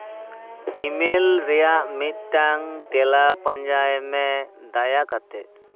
email ᱨᱮᱭᱟᱜ ᱢᱤᱫᱴᱟᱝ ᱛᱮᱞᱟ ᱯᱟᱸᱡᱟᱭᱢᱮ ᱫᱟᱭᱟ ᱠᱟᱛᱮᱜ